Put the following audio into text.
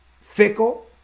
fickle